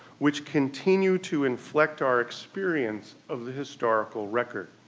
which continue to inflect our experience of the historical record.